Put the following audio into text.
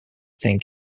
think